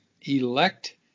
elect